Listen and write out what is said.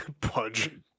Pudge